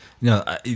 No